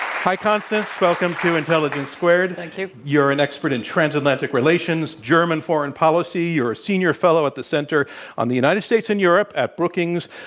hi, constanze. welcome to intelligence squared. thank you. you're an expert in transatlantic relations, german foreign policy, you're a senior fellow at the center on the united states and europe at brookings.